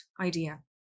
idea